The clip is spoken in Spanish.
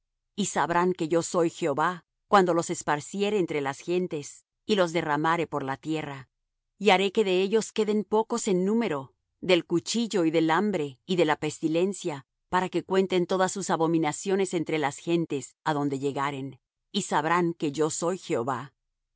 y sabrán que yo soy jehová cuando los esparciere entre las gentes y los derramare por la tierra y haré que de ellos queden pocos en número del cuchillo y del hambre y de la pestilencia para que cuenten todas sus abominaciones entre las gentes adonde llegaren y sabrán que yo soy jehová y